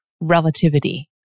relativity